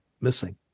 missing